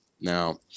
Now